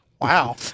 Wow